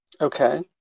Okay